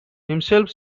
himself